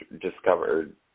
discovered